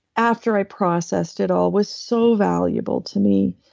after i processed it all, was so valuable to me.